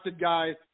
guy